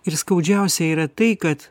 ir skaudžiausia yra tai kad